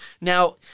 Now